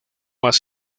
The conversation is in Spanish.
más